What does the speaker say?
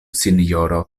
sinjoro